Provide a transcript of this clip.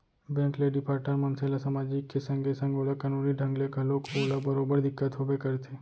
bank ले defaulter मनसे ल समाजिक के संगे संग ओला कानूनी ढंग ले घलोक ओला बरोबर दिक्कत होबे करथे